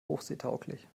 hochseetauglich